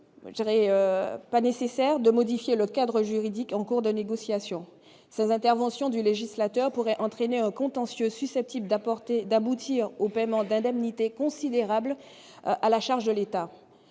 j'aurais pas nécessaire de modifier le cadre juridique en cours de négociation sans intervention du législateur pourrait entraîner contentieux susceptibles d'apporter d'aboutir au paiement d'indemnités considérables à la charge de l'État,